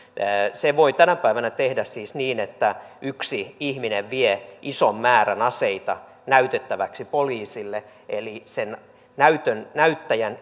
sen voi tänä päivänä tehdä niin että yksi ihminen vie ison määrän aseita näytettäväksi poliisille eli sen näyttäjän